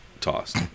tossed